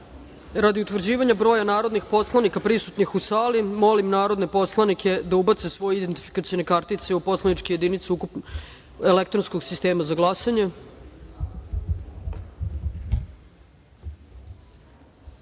utvrđivanja broja narodnih poslanika prisutnih u sali, molim narodne poslanike da ubacite svoje identifikacione kartice u poslaničke jedinice elektronskog sistema za glasanje. Hvala